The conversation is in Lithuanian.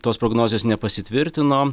tos prognozės nepasitvirtino